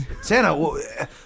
Santa